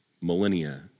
millennia